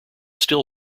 still